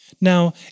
Now